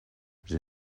j’ai